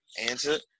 Answer